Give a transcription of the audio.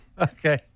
Okay